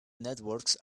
networks